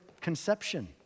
conception